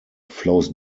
flows